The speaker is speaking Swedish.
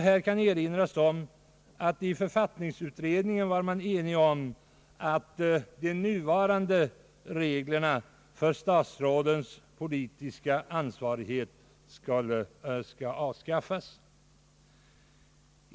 Här kan erinras om att man i författningsutredningen var överens om att de nuvarande reglerna för statsrådens politiska ansvarighet borde avskaffas.